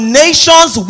nations